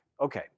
Okay